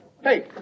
Hey